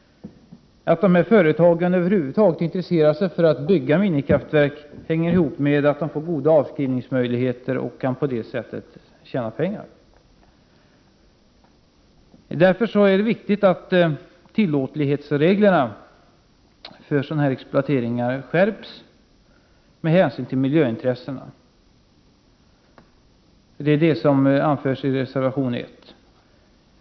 Att företagen över huvud taget intresserar sig för att bygga minikraftverk hänger samman med att de får goda avskrivningsmöjligheter och på det sättet kan tjäna pengar. Därför är det viktigt att tillåtlighetsreglerna för exploateringar skärps med hänsyn till miljöintressena. Detta anförs i reservation 1.